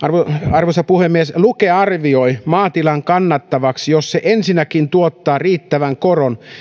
arvoisa puhemies luke arvioi maatilan kannattavaksi ensinnäkin jos se tuottaa riittävän koron